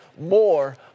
more